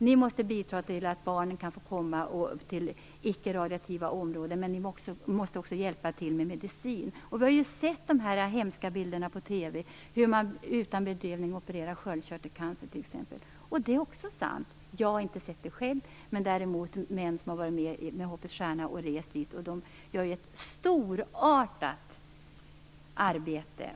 Ni måste bidra till att barnen kan få komma till icke radioaktiva områden, men ni måste också hjälpa till med medicin. Vi har ju sett de hemska bilderna på TV på hur man utan bedövning opererar t.ex. sköldkörtelcancer. Detta är också sant. Jag har inte sett det själv, men det har män som rest dit med Hoppets Stjärna. De gör ett storartat arbete.